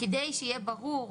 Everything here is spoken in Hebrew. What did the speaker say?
כדי שיהיה ברור,